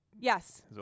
Yes